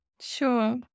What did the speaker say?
Sure